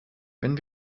wenn